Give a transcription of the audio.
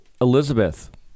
Elizabeth